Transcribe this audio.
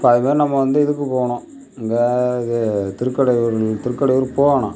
இப்போ அதே மாதிரி நம்ம வந்து இதுக்கு போகணும் எங்கே இது திருக்கடையூர் திருக்கடையூர் போகணும்